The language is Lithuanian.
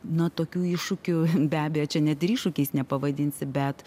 na tokių iššūkių be abejo čia net ir iššūkiais nepavadinsi bet